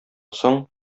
соң